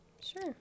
sure